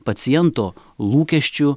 paciento lūkesčių